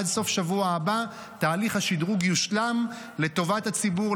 שעד סוף השבוע הבא תהליך השדרוג יושלם לטובת הציבור.